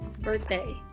birthday